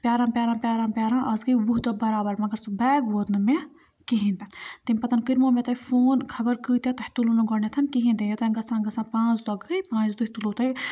پیٛاران پیٛاران پیٛاران پیٛاران آز گٔے وُہ دۄہ برابر مگر سُہ بیٚگ ووت نہٕ مےٚ کِہیٖنۍ تہٕ تٔمۍ پَتہٕ کٔرۍمو مےٚ تۄہہِ فون خبر کۭتیٛاہ تۄہہِ تُلوٕ نہٕ گۄڈنٮ۪تھ کِہیٖنۍ تہِ یوٚتام گژھان گژھان پانٛژھ دۄہ گٔے پانٛژھِ دۄہہِ تُلُو تۄہہِ